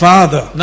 Father